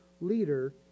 leader